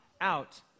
out